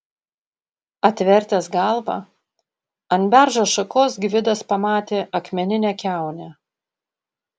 atvertęs galvą ant beržo šakos gvidas pamatė akmeninę kiaunę